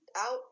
out